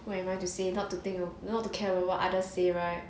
what am I to say not to think not to care about others say right